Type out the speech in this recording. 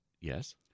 Yes